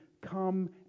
come